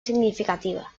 significativa